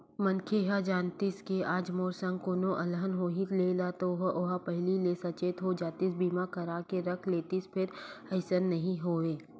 मनखे ह जानतिस के आज मोर संग कोनो अलहन होवइया हे ता ओहा पहिली ले सचेत हो जातिस बीमा करा के रख लेतिस फेर अइसन नइ होवय